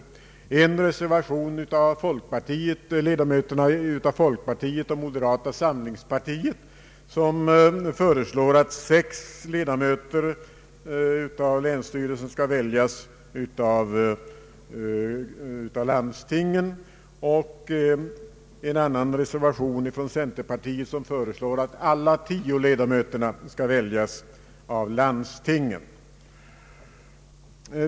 Den ena som är från folkpartiet och moderata samlingspartiet föreslår att sex ledamöter av länsstyrelsens lekmän skall väljas av landstingen. Den andra reservationen från centerpartiet föreslår att alla tio ledamöterna skall väljas av landstingen.